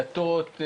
דתות,